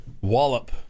wallop